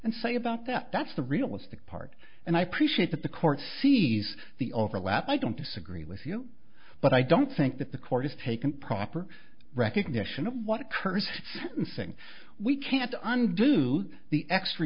and say about that that's the realistic part and i appreciate that the court sees the overlap i don't disagree with you but i don't think that the court has taken proper recognition of what occurs sentencing we can't undo the extra